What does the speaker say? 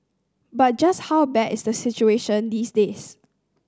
but just how bad is the situation these days